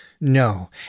No